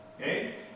Okay